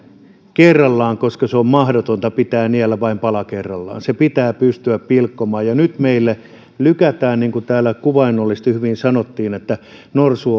kerralla koska se on mahdotonta pitää niellä vain pala kerrallaan se pitää pystyä pilkkomaan ja nyt meille lykätään niin kuin täällä kuvaannollisesti ja hyvin sanottiin norsu